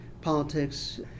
politics